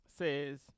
Says